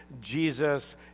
Jesus